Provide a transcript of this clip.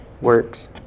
works